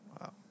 Wow